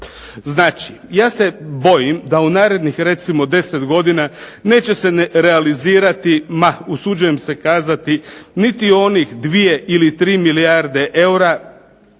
Znači, ja se bojim da u narednih recimo 10 godina neće se realizirati ma usuđujem se kazati niti onih dvije ili tri milijarde eura